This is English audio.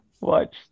Watch